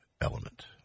element